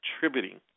contributing